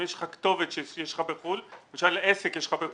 אם יש לך כתובת בחו"ל, למשל עסק, זה סממן.